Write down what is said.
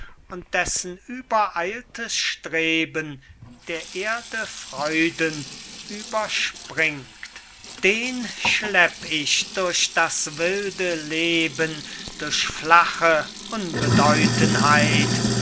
und dessen übereiltes streben der erde freuden überspringt den schlepp ich durch das wilde leben durch flache